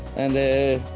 and they're,